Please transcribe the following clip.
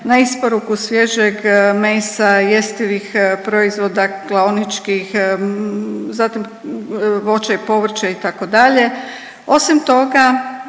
na isporuku svježeg mesa, jestivih proizvoda, klaoničkih, zatim, voća i povrća, itd. Osim toga